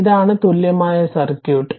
ഇതാണ് തുല്യമായ സർക്യൂട്ട്